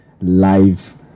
live